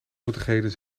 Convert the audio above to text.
zoetigheden